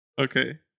Okay